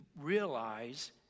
realize